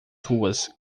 ruas